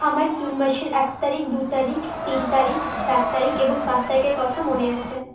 আমার জুন মাসের এক তারিখ দু তারিখ তিন তারিখ চার তারিখ এবং পাঁচ তারিখের কথা মনে আছে